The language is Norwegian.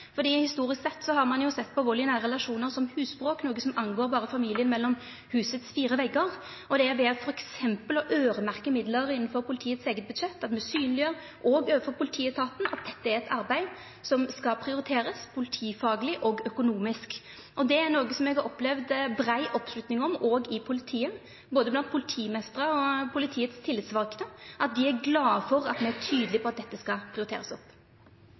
historisk sett har vald i nære relasjonar vore sett på som husbråk, noko som angår berre familien innanfor husets fire veggar. Det er ved f.eks. å øyremerkja midlar innanfor politiets eige budsjett at me synleggjer også overfor politietaten at dette er eit arbeid som skal prioriterast, politifagleg og økonomisk. Det er noko som eg har opplevd brei oppslutning om også i politiet, både blant politimeistrar og blant politiet sine tillitsvalde, at dei er glade for at me er tydelege på at dette skal prioriterast opp.